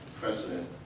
president